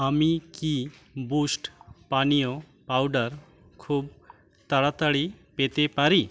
আমি কি বুস্ট পানীয় পাউডার খুব তাড়াতাড়ি পেতে পারি